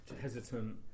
hesitant